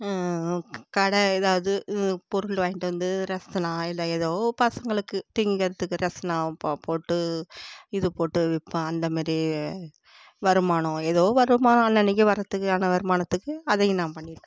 கடை எதாவது பொருள் வாங்கிட்டு வந்து ரஸ்னா ஆயில்லோ ஏதோ பசங்களுக்கு திங்கிறதுக்கு ரஸ்னா போட்டு இதுபோட்டு விற்பேன் அந்தமாரி வருமானம் ஏதோ வருமானம் அன்னனைக்கு வரதுக்கான வருமானத்துக்கு அதையும் நான் பண்ணியிருக்கேன்